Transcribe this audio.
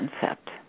concept